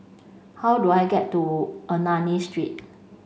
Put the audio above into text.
how do I get to Ernani Street